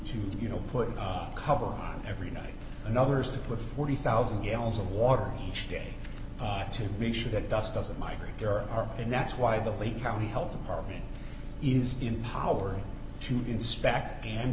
to you know put a cover every night and others to put forty thousand gallons of water each day to make sure that dust doesn't migrate there are and that's why the lake county health department it is empowering to inspect and